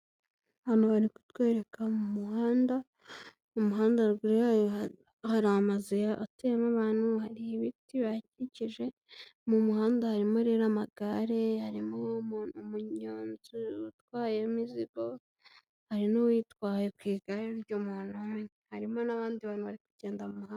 Hano bari kutwereka mu muhanda, umuhanda ruguru yawo hari amazu atuyemo abantu, hari ibiti bihakikije, mu muhanda harimo rero amagare, harimo umunyonzi utwaye imizigo, hari n'uwitwaye ku igare ry'umuntu umwe, harimo n'abandi bantu bari kugenda mu muhanda.